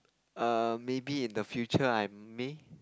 err maybe in the future I may